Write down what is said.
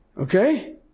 Okay